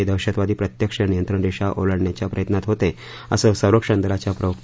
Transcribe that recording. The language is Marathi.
हे दहशतवादी प्रत्यक्ष नियंत्रण रेषा ओलांडण्याच्या प्रयत्नात होते असं संरक्षण दलाच्या प्रवक्त्यानं सांगितलं